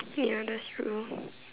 ya that's true